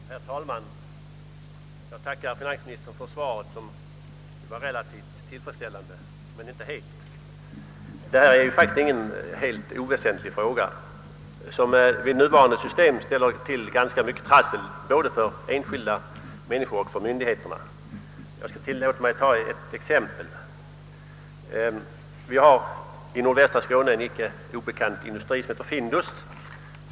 Herr talman! Jag tackar finansministern för svaret som var relativt men inte helt tillfredsställande. Det är faktiskt en icke helt oväsentlig fråga. Nuvarande system ställer till ganska mycket trassel både för enskilda människor och för myndigheter. Jag skall tillåta mig att ta ett exempel. I nordvästra Skåne finns en icke helt obekant industri som heter Findus.